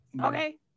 Okay